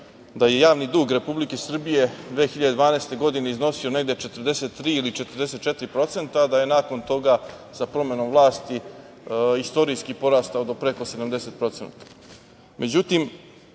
da je javni dug Republike Srbije 2012. godine iznosio negde 43% ili 44%, a da je nakon toga sa promenom vlasti istorijski porastao preko